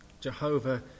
jehovah